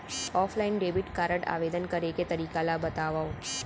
Offline debit card आवेदन करे के तरीका ल बतावव?